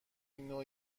اینو